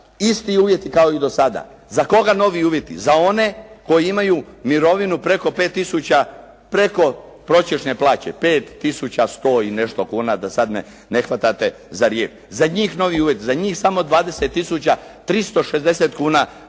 isti uvjeti kao i do sada. Za koga novi uvjeti? Za one koji imaju mirovinu preko 5000, preko prosječne plaće, 5100 i nešto kuna, da sad ne hvatate za riječ. Za njih novi uvjeti, za njih samo 20 tisuća